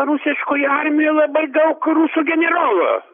rusiškoje armija labai daug rusų generolų